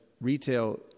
retail